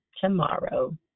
tomorrow